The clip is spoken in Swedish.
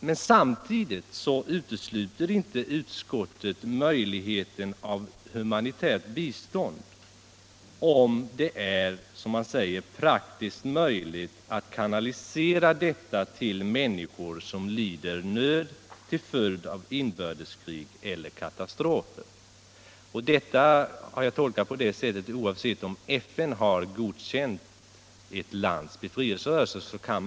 Men samtidigt utesiluter inte utskottet möjligheten av humanitärt bistånd, om det är. som man säger, praktiskt möjligt att kanalisera detta till människor som lider nöd till följd av inbördeskrig eller katastrofer. Detta har jag tolkat på det sättet alt man, oavsett om FN har godkänt ett lands befrielserörelse eller ej.